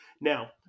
now